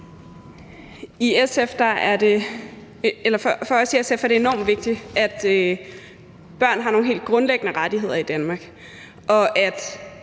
For os i SF er det enormt vigtigt, at børn i Danmark har nogle helt grundlæggende rettigheder, og at